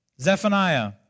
Zephaniah